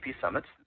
summits